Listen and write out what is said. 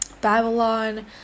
Babylon